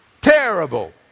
terrible